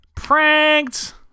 pranked